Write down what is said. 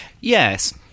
Yes